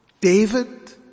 David